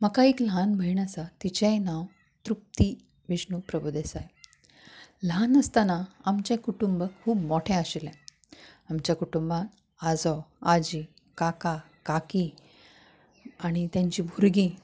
म्हाका एक ल्हान भयण आसा तिचेय नांव तृप्ती विष्णू प्रभुदेसाय ल्हान आसताना आमचे कुटूंब खूब मोठे आशिल्लें आमच्या कुटूंबान आजो आजी काका काकी आनी ताची भुरगीं